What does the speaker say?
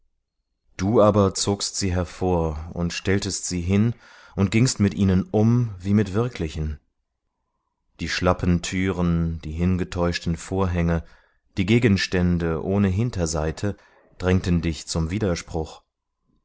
da aber zogst sie hervor und stelltest sie hin und gingst mit ihnen um wie mit wirklichen die schlappen türen die hingetäuschten vorhänge die gegenstände ohne hinterseite drängten dich zum widerspruch